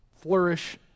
flourish